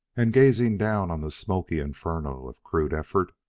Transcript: and, gazing down on the smoky inferno of crude effort,